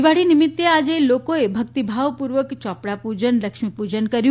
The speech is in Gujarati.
દિવાળી નિમિત્તે આજે લોકોએ ભક્તિભાવ પૂર્વક ચોપડા પૂજન લક્ષ્મીપૂજન કર્યું